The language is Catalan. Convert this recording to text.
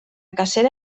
cacera